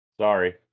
sorry